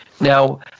Now